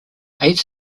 aids